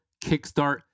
Kickstart